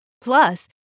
Plus